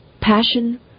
passion